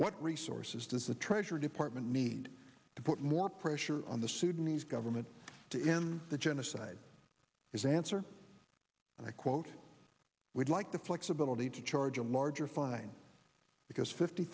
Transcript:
what resources does the treasury department need to put more pressure on the sudanese government to end the genocide is answer and i quote we'd like the flexibility to charge a larger fine because fifty